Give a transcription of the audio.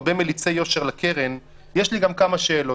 הרבה מליצי יושר לקרן יש לי גם כמה שאלות.